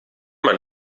man